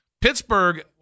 Pittsburgh